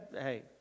hey